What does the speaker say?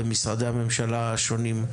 ומשרדי שממשלה השונים,